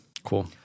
Cool